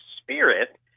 spirit